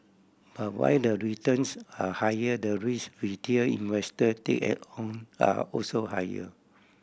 but while the returns are higher the risk retail investor take it on are also higher